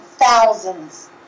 thousands